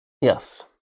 Yes